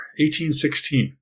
1816